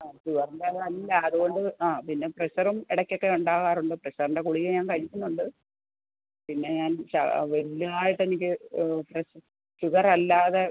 ആ ഷുഗറിൻ്റെ അത് അല്ല അതുകൊണ്ട് ആ പിന്നെ പ്രഷറും ഇടയ്ക്കൊക്കെ ഉണ്ടാവാറുണ്ട് പ്രഷറിൻ്റെ ഗുളിക ഞാൻ കഴിക്കുന്നുണ്ട് പിന്നെ ഞാൻ വല്യതായിട്ട് എനിക്ക് പ്രഷർ ഷുഗർ അല്ലാതെ